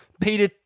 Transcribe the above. Peter